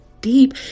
deep